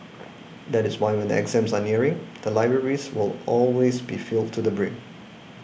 that is why when the exams are nearing the libraries will always be filled to the brim